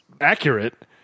accurate